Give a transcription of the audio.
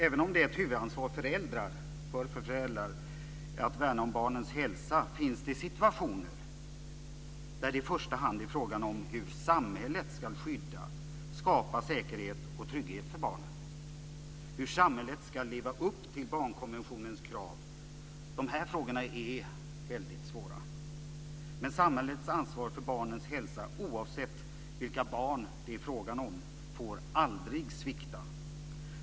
Även om det är ett huvudansvar för föräldrar att värna om barnens hälsa finns det situationer där det i första hand är fråga om hur samhället ska skydda, skapa säkerhet och trygghet för barnen och hur samhället ska leva upp till barnkonventionens krav. De frågorna är väldigt svåra. Men samhällets ansvar för barnens hälsa oavsett vilka barn det är fråga om får aldrig svikta.